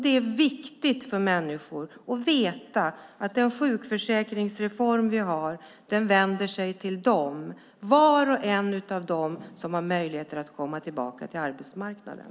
Det är viktigt för människor att veta att den sjukförsäkringsreform som vi har vänder sig till dem, till var och en av dem som har möjlighet att komma tillbaka till arbetsmarknaden.